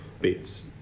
bits